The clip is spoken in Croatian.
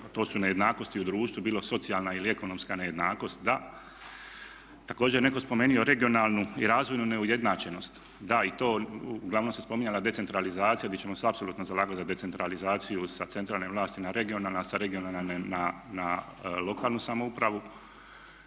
to su nejednakosti u društvu, bilo socijalna ili ekonomska nejednakost. Također je netko spomenuo regionalnu i razvojnu neujednačenost. Da, i to uglavnom se spominjala decentralizacija gdje ćemo se apsolutno zalagati za decentralizaciju sa centralne vlasti na regionalnu, a sa regionalne na lokalnu samoupravu.